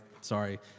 sorry